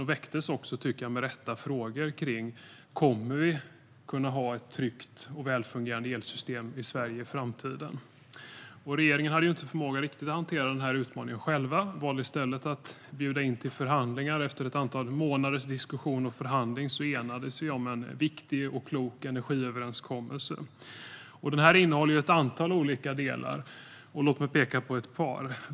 Det väcktes också med rätta frågor: Kommer vi att kunna ha ett tryggt och välfungerande elsystem i Sverige i framtiden? Regeringen hade inte förmåga att riktigt hantera den här utmaningen själva och valde i stället att bjuda in till förhandlingar. Efter ett antal månaders diskussion och förhandling enades vi om en viktig och klok energiöverenskommelse. Den innehåller ett antal olika delar. Låt mig peka på ett par.